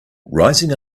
rising